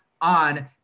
on